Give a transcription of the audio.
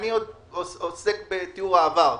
עוסק בתיאור העבר.